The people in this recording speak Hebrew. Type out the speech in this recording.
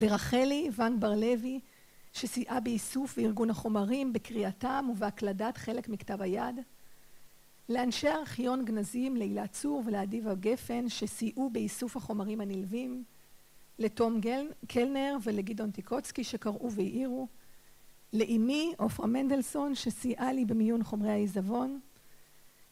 לרחלי ואן ברלוי שסייעה באיסוף וארגון החומרים בקריאתם ובהקלדת חלק מכתב היד. לאנשי ארכיון גנזים להילה צור ולאביבה הגפן שסיעו באיסוף החומרים הנלווים. לתום קלנר ולגידון טיקוצקי, שקראו והעירו. לאימי עופרה מנדלסון, שסייעה לי במיון חומרי העיזבון